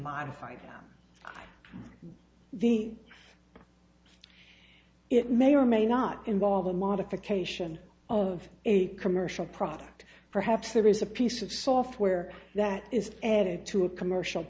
modify the it may or may not involve a modification of a commercial product perhaps there is a piece of software that is added to a commercial